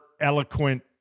eloquent